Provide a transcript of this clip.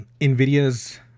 NVIDIA's